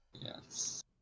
yes